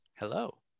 Hello